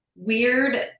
weird